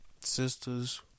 sisters